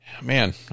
man